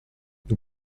nous